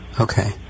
Okay